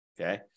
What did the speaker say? Okay